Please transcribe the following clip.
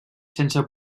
sense